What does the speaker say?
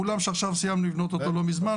אולם שסיימנו לבנות אותו לא מזמן,